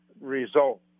result